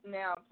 now